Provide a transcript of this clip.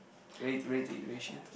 ready to ready-to-eat rations